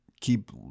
keep